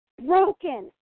broken